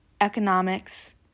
economics